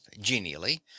genially